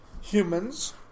humans